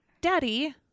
Daddy